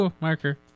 Marker